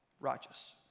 righteous